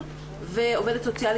עובד?